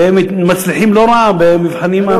והם מצליחים לא רע במבחני הלשכה.